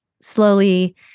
slowly